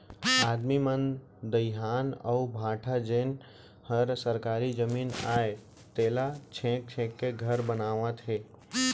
आदमी मन दइहान अउ भाठा जेन हर सरकारी जमीन अय तेला छेंक छेंक के घर बनावत हें